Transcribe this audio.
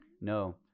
no